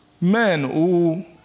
men